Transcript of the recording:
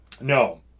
No